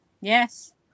Yes